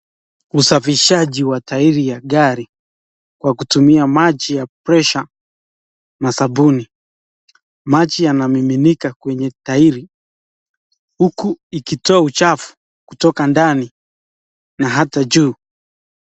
Usafishaji wa tayiri ya gari kwa kutumia maji ya presha na sabuni, maji yanamiminika kwenye gari huku ikitoa uchafu, kutoka ndani na hata juu.